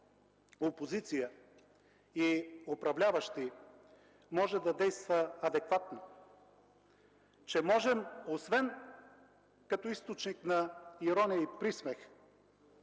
опозиция и управляващи, може да действа адекватно, че можем освен като източник на ирония и присмех